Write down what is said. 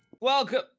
welcome